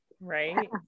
Right